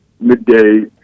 midday